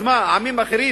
אז מה, לעמים אחרים